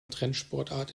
trendsportart